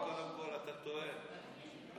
אתה טועה,